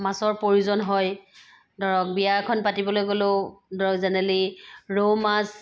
মাছৰ প্ৰয়োজন হয় ধৰক বিয়া এখন পাতিবলৈ গ'লেও ধৰক জেনেৰেলি ৰৌ মাছ